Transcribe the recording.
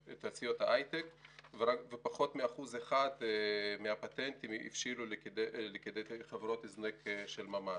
רק פחות מ-1% מהפטנטים הבשילו לכדי חברות הזנק של ממש.